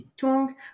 tongue